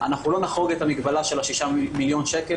אנחנו לא נחרוג את המגבלה של שישה מיליון שקל